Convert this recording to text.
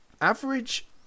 Average